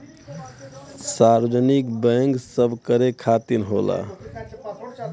सार्वजनिक बैंक सबकरे खातिर होला